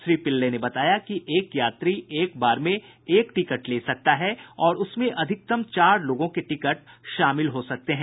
श्री पिल्लै ने बताया कि एक यात्री एक बार में एक टिकट ले सकता है और उसमें अधिकतम चार लोगों के टिकट शामिल हो सकते हैं